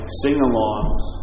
sing-alongs